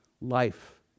life